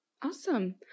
Awesome